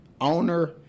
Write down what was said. Owner